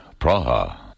Praha